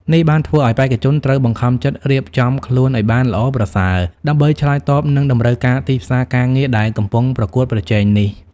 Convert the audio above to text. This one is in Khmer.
នេះបានធ្វើឲ្យបេក្ខជនត្រូវបង្ខំចិត្តរៀបចំខ្លួនឲ្យបានល្អប្រសើរ ដើម្បីឆ្លើយតបនឹងតម្រូវការទីផ្សារការងារដែលកំពុងប្រកួតប្រជែងនេះ។